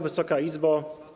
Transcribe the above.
Wysoka Izbo!